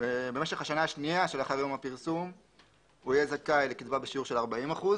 במשך השנה השנייה שלאחר יום הפרסום יהיה זכאי לקצבה בשיעור 40%